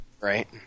Right